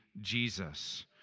Jesus